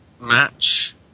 match